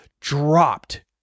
dropped